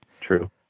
True